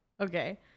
Okay